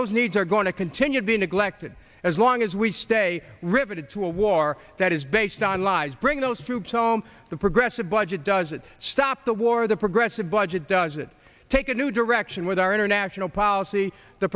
those needs are going to continue to be neglected as long as we stay riveted to a war that is based on lies bring those troops home the progressive budget does it stop the war the progressive budget does it take a new direction with our international policy the